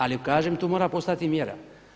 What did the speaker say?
Ali kažem, tu mora postojati mjera.